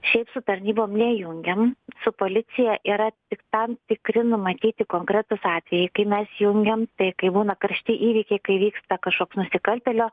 šiaip su tarnybom nejungiam su policija yra tik tam tikri numatyti konkretūs atvejai kai mes jungiam tai kai būna karšti įvykiai kai vyksta kažkoks nusikaltėlio